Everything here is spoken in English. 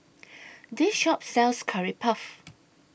This Shop sells Curry Puff